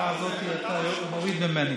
את ההערה הזאת אתה מוריד ממני.